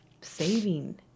saving